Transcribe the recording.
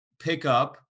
pickup